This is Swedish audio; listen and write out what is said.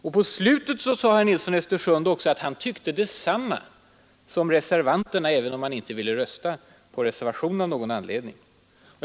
Och på slutet sade herr Nilsson i Östersund att han tyckte detsamma som reservanterna, även om han av någon anledning inte ville rösta på reservationen.